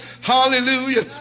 hallelujah